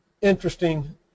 interesting